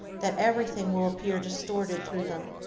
that everything will appear distorted through them.